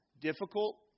difficult